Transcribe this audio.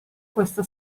questa